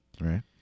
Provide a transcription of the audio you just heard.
right